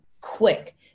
quick